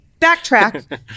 backtrack